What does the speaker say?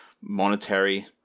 monetary